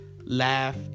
laugh